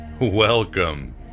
Welcome